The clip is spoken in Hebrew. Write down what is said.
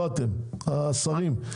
לא אתם אלא השרים,